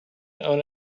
own